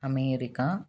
America